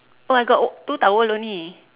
oh I got two towel only